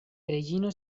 reĝino